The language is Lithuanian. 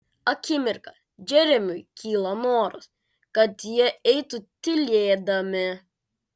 akimirką džeremiui kyla noras kad jie eitų tylėdami